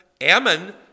Ammon